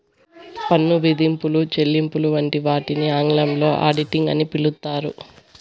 పన్ను విధింపులు, చెల్లింపులు వంటి వాటిని ఆంగ్లంలో ఆడిటింగ్ అని పిలుత్తారు